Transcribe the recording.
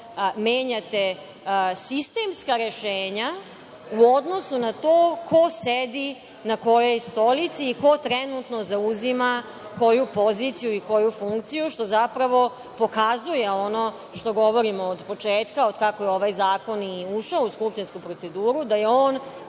menjate sistemska rešenja u odnosu na to ko sedi na kojoj stolici i ko trenutno zauzima koju poziciju i koju funkciju, što zapravo pokazuje ono što govorimo od početka, od kako je ovaj zakon i ušao u skupštinsku proceduru, da je on